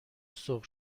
سرخ